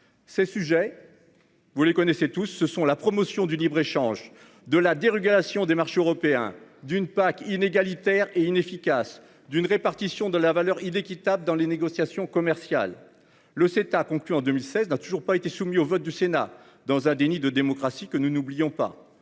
ces sujets. Vous les connaissez tous, ce sont la promotion du libre-échange de la dérégulation des marchés européens d'une PAC inégalitaire et inefficace d'une répartition de la valeur équitable dans les négociations commerciales le sept a conclu en 2016 n'a toujours pas été soumis au vote du Sénat dans un déni de démocratie que nous n'oublions pas